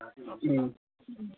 ꯎꯝ